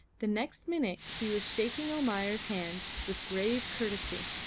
the next minute he was shaking almayer's hand with grave courtesy,